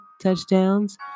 touchdowns